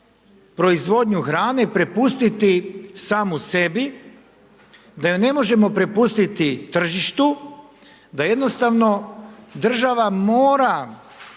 proizvodnju hrane prepustiti samu sebi, da ju ne možemo prepustiti tržištu, da jednostavno mora